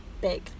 Big